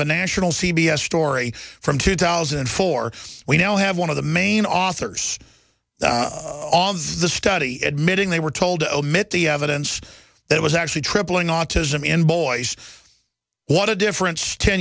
a national c b s story from two thousand and four we now have one of the main authors on the study admitting they were told to omit the evidence that was actually tripling autism in boys what a difference ten